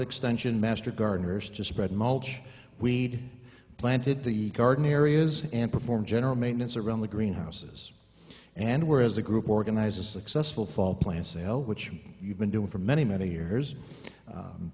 extension master gardeners to spread mulch weed planted the garden areas and perform general maintenance around the green houses and where as a group organize a successful fall plant sale which you've been doing for many many years